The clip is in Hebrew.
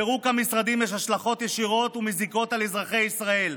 לפירוק המשרדים יש השלכות ישירות ומזיקות על אזרחי ישראל.